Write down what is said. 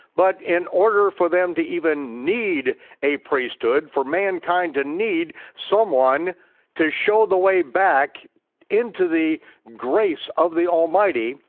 but in order for them to even need a priesthood, for mankind to need someone to show the way back into the grace of the almighty,